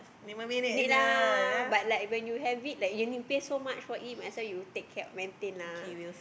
need lah but like when you have it like you need to pay so much for him might as well you cab maintain lah